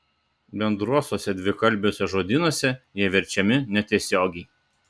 bendruosiuose dvikalbiuose žodynuose jie verčiami netiesiogiai